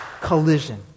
Collision